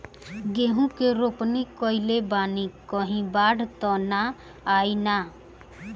गेहूं के रोपनी कईले बानी कहीं बाढ़ त ना आई ना?